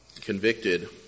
convicted